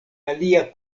alia